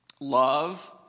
Love